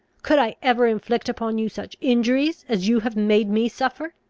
could i ever inflict upon you such injuries as you have made me suffer?